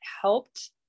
helped